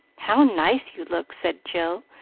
how nice you look, said jill,